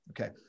Okay